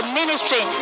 ministry